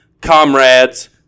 comrades